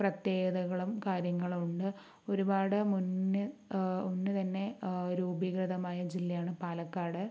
പ്രത്യേകതകളും കാര്യങ്ങളുമുണ്ട് ഒരുപാട് മുന്നെ മുന്ന് തന്നെ രൂപീകൃതമായ ജില്ലയാണ് പാലക്കാട്